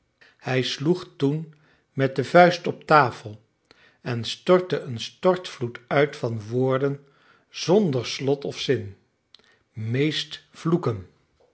hij sloeg toen met de vuist op tafel en stortte een stortvloed uit van woorden zonder slot of zin meest vloeken